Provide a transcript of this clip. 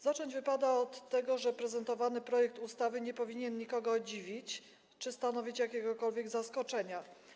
Zacząć wypada od tego, że prezentowany projekt ustawy nie powinien nikogo dziwić czy stanowić jakiegokolwiek zaskoczenia.